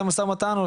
במשא ומתן?